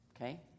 okay